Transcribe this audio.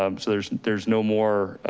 um so there's there's no more,